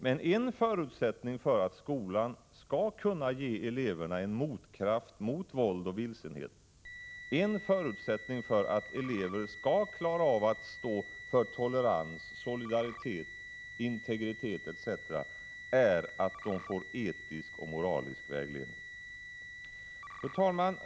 Men en förutsättning för att skolan skall kunna ge eleverna en motkraft mot våld och vilsenhet och en förutsättning för att eleverna skall klara av att stå för tolerans, solidaritet, integritet etc. är att de får etisk och moralisk vägledning. Fru talman!